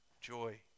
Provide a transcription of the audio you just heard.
joy